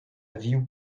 vioù